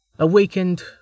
Awakened